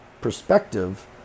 perspective